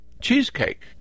cheesecake